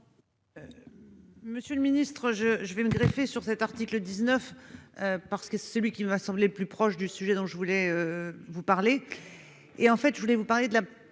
Monsieur le Ministre je, je vais me greffer sur cet article 19 parce que c'est lui qui m'a semblé plus proche du sujet dont je voulais vous parler, et en fait je voulais vous parler de la